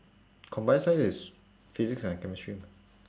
combined science is physics and chemistry mah